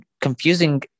confusing